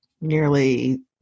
nearly